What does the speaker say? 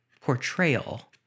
portrayal